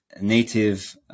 native